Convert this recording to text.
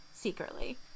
secretly